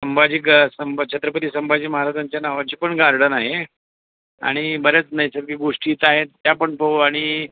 संभाजी ग संब् छत्रपती संभाजी महाराजांच्या नावाची पण गार्डन आहे आणि बऱ्याच नैसर्गिक गोष्टी इथं आहेत त्या पण पाहू आणि